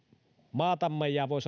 maatamme ja voi